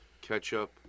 ketchup